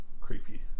creepy